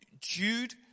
Jude